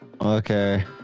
Okay